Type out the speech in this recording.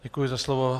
Děkuji za slovo.